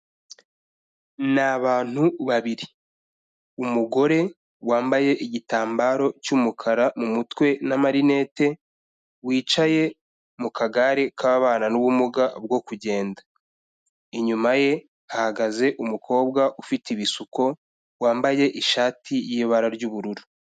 Ni abantu babiri. Umugore wambaye igitambaro cy'umukara mu mutwe n'amarinete, wicaye mu kagare k'ababana n'ubumuga bwo kugenda. Inyuma ye hahagaze umukobwa ufite ibisuko, wambaye ishati y'ibara ry'ubururu.